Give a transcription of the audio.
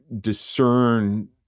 discern